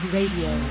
Radio